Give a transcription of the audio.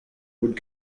would